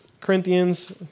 Corinthians